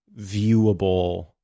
viewable